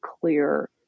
clear